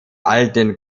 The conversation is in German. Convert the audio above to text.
alten